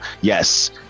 yes